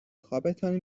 خوابتان